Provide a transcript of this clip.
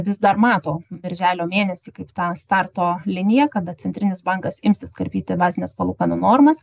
vis dar mato birželio mėnesį kaip tą starto liniją kada centrinis bankas imsis karpyti bazines palūkanų normas